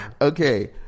Okay